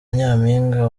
nyampinga